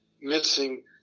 missing